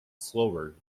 slower